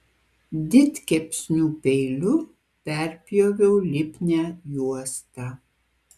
didkepsnių peiliu perpjoviau lipnią juostą